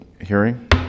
hearing